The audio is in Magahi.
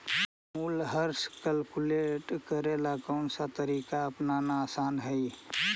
मूल्यह्रास कैलकुलेट करे ला कौनसा तरीका अपनाना आसान हई